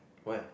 where